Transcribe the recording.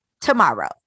tomorrow